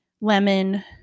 lemon